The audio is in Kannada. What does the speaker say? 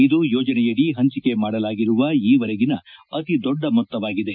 ಈ ಯೋಜನೆಯಡಿ ಹಂಚಿಕೆ ಮಾಡಲಾಗಿರುವ ಈವರೆಗಿನ ಅತಿ ದೊಡ್ಡ ಮೊತ್ತವಾಗಿದೆ